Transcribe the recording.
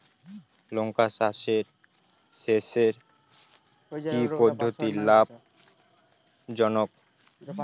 লঙ্কা চাষে সেচের কি পদ্ধতি লাভ জনক?